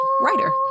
writer